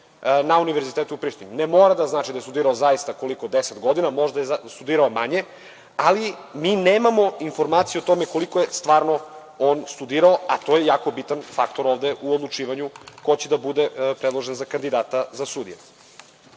na Univerzitetu u Prištini. Ne mora da znači da je studirao 10 godina, možda je studirao manje, ali mi nemamo informaciju o tome koliko je stvarno on studirao, a to je jako bitan faktor ovde u odlučivanju ko će da bude predložen za kandidata za sudije. Pored